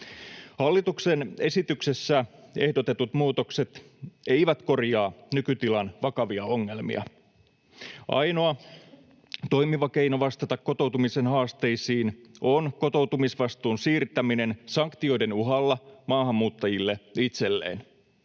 Hallituksen esityksessä ehdotetut muutokset eivät korjaa nykytilan vakavia ongelmia. Ainoa toimiva keino vastata kotoutumisen haasteisiin on kotoutumisvastuun siirtäminen sanktioiden uhalla maahanmuuttajille itselleen.